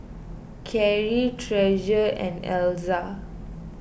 Carry Treasure and Elza